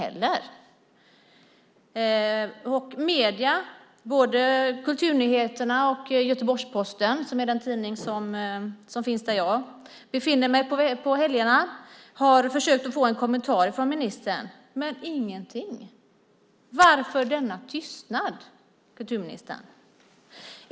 Medierna, både Kulturnyheterna och Göteborgs-Posten, som är den tidning som finns där jag befinner mig på helgerna har försökt få en kommentar från ministern. Men det kommer ingenting. Varför denna tystnad, kulturministern?